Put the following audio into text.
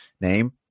name